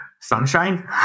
Sunshine